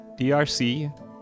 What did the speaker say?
DRC